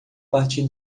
partir